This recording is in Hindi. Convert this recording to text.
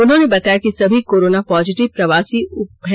उन्होंने बताया कि सभी कोरोना पॉजिटिव प्रवासी है